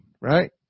right